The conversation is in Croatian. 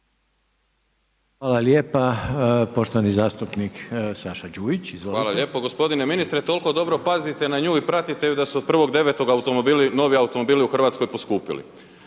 Saša Đujić, izvolite. **Đujić, Saša (SDP)** Hvala lijepo. Gospodine ministre, toliko dobro pazite na nju i pratite ju da su od 1.9. novi automobili u Hrvatskoj poskupili.